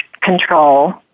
control